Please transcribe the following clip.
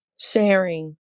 sharing